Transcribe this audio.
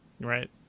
right